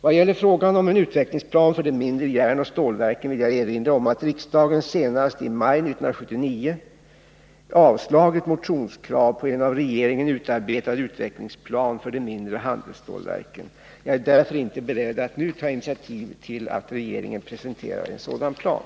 Vad gäller frågan om en utvecklingsplan för de mindre järnoch stålverken vill jag erinra om att riksdagen senast i maj 1979 avslagit motionskrav på en av regeringen utarbetad utvecklingsplan för de mindre handelsstålverken. Jag är därför inte beredd att nu ta initiativ till att regeringen presenterar en sådan plan.